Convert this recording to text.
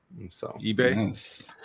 Ebay